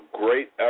great